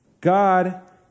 God